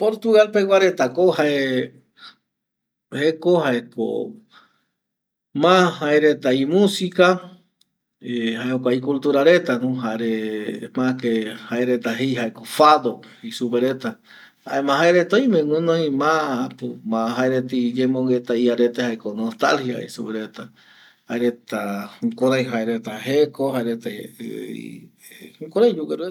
Portugal pegua reta jae jeko jaeko ma jaereta imusika jae jokua icultura retano jarema jaereta jei jaeko fado jei supe reta jaema jaereta oime guɨnoi ma äpo ma jaereta iyemongueta iarete jaeko nostalgia jei supe reta jukurai jaereta jeko jaereta jukurai yogueru reta